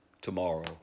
tomorrow